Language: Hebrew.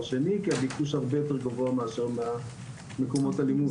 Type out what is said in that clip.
שני ואת מי לא כי הביקוש הרבה יותר גבוה מאשר מקומות הלימוד.